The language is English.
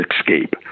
escape